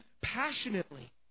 passionately